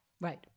Right